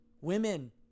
Women